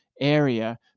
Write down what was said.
area